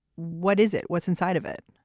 what is it. what's inside of it.